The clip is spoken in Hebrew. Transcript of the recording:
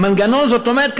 זאת אומרת,